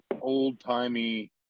old-timey